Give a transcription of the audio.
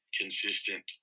consistent